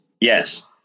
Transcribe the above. Yes